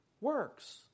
works